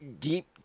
deep